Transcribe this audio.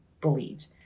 believed